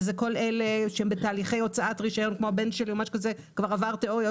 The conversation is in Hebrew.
שזה כל אלה שבתהליכי הוצאת רשיון כמו הבן שלי - כבר עבר תיאוריה,